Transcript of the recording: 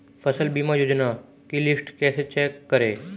फसल बीमा योजना की लिस्ट कैसे चेक करें?